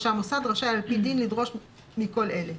או שהמוסד רשאי על פי דין לדרוש מכל אלה".